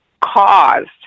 caused